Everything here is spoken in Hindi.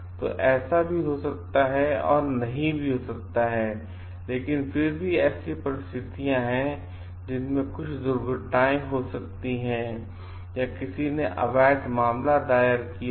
तो ऐसा हो भी सकता है और नहीं भी लेकिन फिर भी ऐसी परिस्थितियाँ हैं जिनमें कुछ दुर्घटनाएँ हो सकती हैं या किसी ने अवैध मामला दायर किया हो